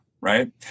right